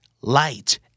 light